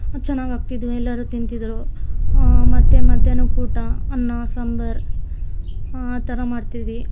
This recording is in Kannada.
ಅದು ಚೆನ್ನಾಗ್ ಆಗ್ತಿದ್ವು ಎಲ್ಲರು ತಿಂತಿದ್ರು ಮತ್ತು ಮಧ್ಯಾಹ್ನಕ್ ಊಟ ಅನ್ನ ಸಾಂಬಾರ್ ಆ ಥರ ಮಾಡ್ತೀವಿ